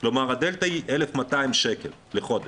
כלומר הדלתא היא 1,200 שקל לחודש.